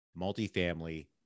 multifamily